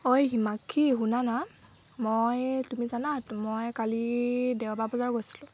ঐ হিমাক্ষী শুনা না মই তুমি জানা মই কালি দেওবাৰ বজাৰ গৈছিলোঁ